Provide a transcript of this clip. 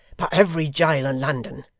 but every jail in london.